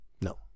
No